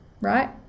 right